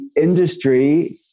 industry